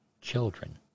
Children